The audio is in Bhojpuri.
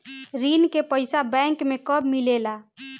ऋण के पइसा बैंक मे कब मिले ला?